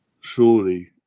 Surely